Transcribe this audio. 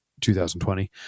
2020